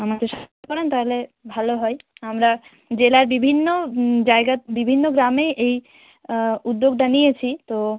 আমাকে সাহায্য করতে পারেন তাহলে ভালো হয় আমরা জেলার বিভিন্ন জায়গা বিভিন্ন গ্রামে এই এই উদ্যোগটা নিয়েছি তো